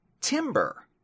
Timber